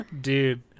dude